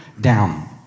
down